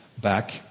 back